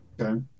Okay